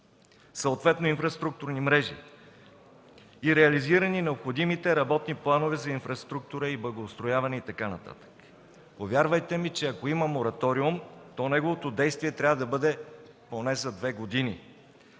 съответно инфраструктурни мрежи, и реализирани необходимите работни планове за инфраструктура, благоустрояване и така нататък. Повярвайте ми, че ако има мораториум, то неговото действие трябва да бъде поне за 2 години,